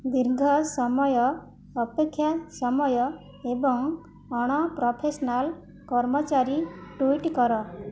ଦୀର୍ଘ ସମୟ ଅପେକ୍ଷା ସମୟ ଏବଂ ଅଣ ପ୍ରଫେସନାଲ୍ କର୍ମଚାରୀ ଟୁଇଟ୍ କର